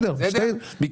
גם